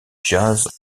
jazz